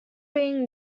being